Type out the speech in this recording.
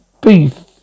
beef